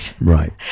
right